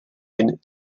hin